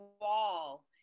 wall